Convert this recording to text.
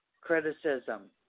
criticism